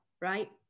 right